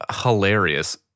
hilarious